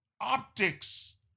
optics